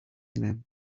them